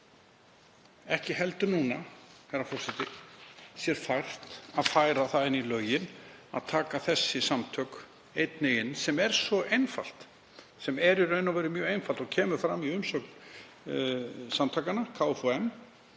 ekki heldur núna, herra forseti, sér fært að færa það inn í lögin að taka slík samtök einnig inn, sem er svo einfalt, sem er í raun og veru mjög einfalt, og kemur fram í umsögn samtakanna KFUM